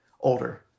older